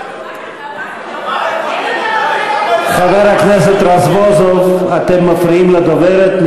אין יותר, חבר הכנסת רזבוזוב, אתם מפריעים לדוברת.